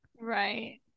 right